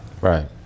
Right